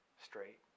straight